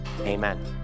Amen